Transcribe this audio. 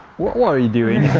what what are you doing?